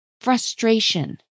frustration